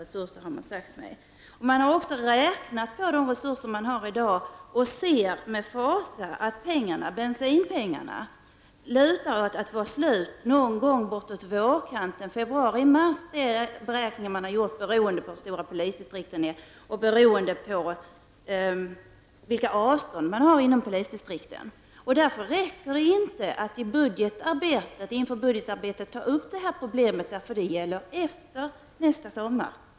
Efter de beräkningar som har gjorts med utgångspunkt i hur det är i dag ser man med fasa att ''bensinpengarna'' ser ut att ta slut mot vårkanten i februari-mars, beroende på polisdistriktens storlek och de stora avstånden inom polisdistrikten. Därför räcker det inte att inför budgetarbetet ta upp problemet, för det här gäller tiden efter nästa sommar.